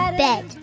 bed